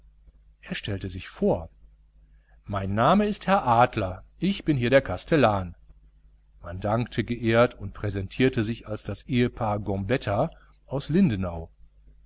er stellte sich vor mein name ist herr adler ich bin hier der kastellan man dankte geehrt und präsentierte sich als ehepaar gambetta aus lindenau